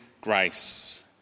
grace